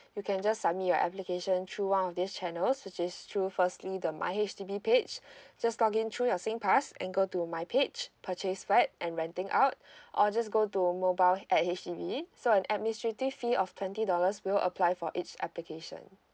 you can just submit your application through one of these channels which is through firstly the my H_D_B page just log in through your singpass and go to my page purchase flat and renting out or just go to mobile at H_D_B so an administrative fee of twenty dollars will apply for each application